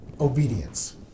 obedience